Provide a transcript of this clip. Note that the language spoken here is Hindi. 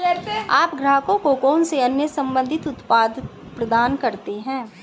आप ग्राहकों को कौन से अन्य संबंधित उत्पाद प्रदान करते हैं?